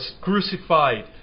Crucified